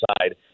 side